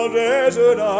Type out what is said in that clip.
desert